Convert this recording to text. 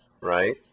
right